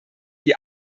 die